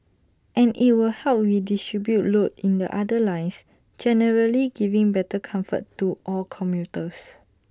and IT will help redistribute load in the other lines generally giving better comfort to all commuters